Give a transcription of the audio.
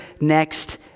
next